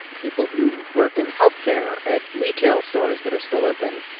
people who work in health care, at retail stores that are still open,